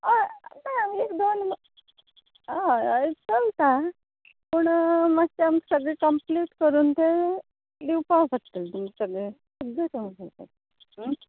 हय ना एक दोन हय हय चलता पूण मात्शें आमकां सगळें कम्प्लीट करून तें दिवपा पडटलें तुमकां सगळें सगळें